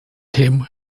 him